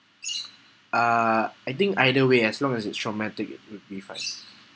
uh I think either way as long as it's traumatic it would fine